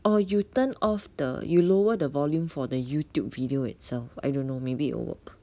or you turn off the you lower the volume for the YouTube video itself I don't know maybe it will work